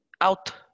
out